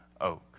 oak